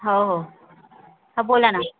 हो हो हा बोला ना